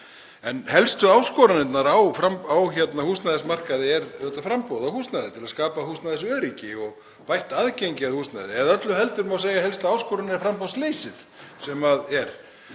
Helsta áskorunin á húsnæðismarkaði er auðvitað framboð á húsnæði, til að skapa húsnæðisöryggi og bætt aðgengi að húsnæði, eða öllu heldur má segja að helsta áskorunin sé framboðsleysið sem nú er